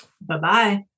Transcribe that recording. Bye-bye